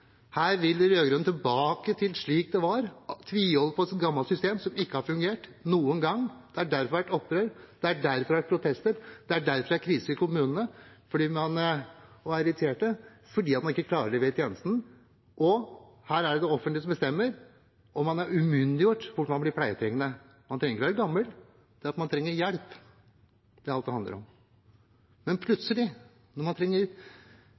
Her vil de rød-grønne tilbake til slik det var, de vil tviholde på et gammelt system som ikke har fungert noen gang. Det er derfor det har vært opprør, det er derfor det har vært protester, det er derfor det er krise i kommunene – man klarer ikke å levere tjenesten. Her er det det offentlige som bestemmer, og man er umyndiggjort om man blir pleietrengende. Man trenger ikke være gammel, det er det at man trenger hjelp, det handler om. Men plutselig når man trenger